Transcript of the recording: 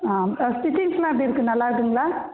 ஆ ஆ ஸ்ட்ரிட்ச்சிங்க்ஸ்லாம் எப்படி இருக்கு நல்லா இருக்குங்களா